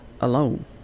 alone